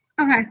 Okay